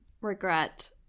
regret